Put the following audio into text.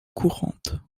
courantes